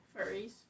Furries